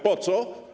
Po co?